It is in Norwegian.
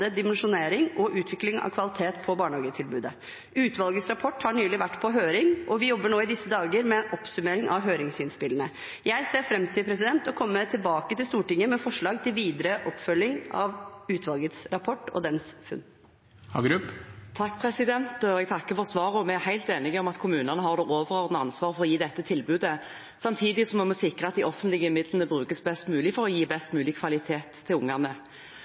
dimensjonering og utvikling av kvalitet på barnehagetilbudet. Utvalgets rapport har nylig vært på høring, og vi jobber nå i disse dager med en oppsummering av høringsinnspillene. Jeg ser fram til å komme tilbake til Stortinget med forslag til videre oppfølging av utvalgets rapport og funn. Jeg takker for svaret. Vi er helt enige om at kommunene har det overordnede ansvaret for å gi dette tilbudet. Samtidig må vi sikre at de offentlige midlene brukes best mulig for å gi best mulig kvalitet til ungene.